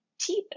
teeth